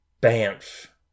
Banff